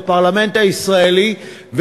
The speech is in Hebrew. בפרלמנט הישראלי,